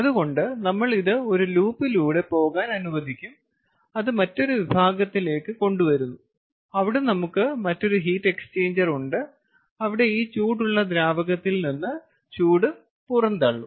അതുകൊണ്ടു നമ്മൾ ഇത് ഒരു ലൂപ്പിലൂടെ പോകാൻ അനുവദിക്കും അത് മറ്റൊരു വിഭാഗത്തിലേക്ക് കൊണ്ടുവരുന്നു അവിടെ നമുക്ക് മറ്റൊരു ഹീറ്റ് എക്സ്ചേഞ്ചർ ഉണ്ട് അവിടെ ഈ ചൂടുള്ള ദ്രാവകത്തിൽ നിന്ന് ചൂട് പുറന്തള്ളും